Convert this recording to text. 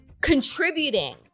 contributing